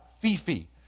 Fifi